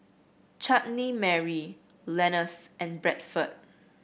Chutney Mary Lenas and Bradford